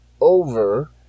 over